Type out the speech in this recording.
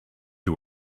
you